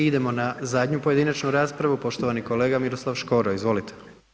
I idemo na zadnju pojedinačnu raspravu, poštovani kolega Miroslav Škoro izvolite.